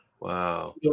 Wow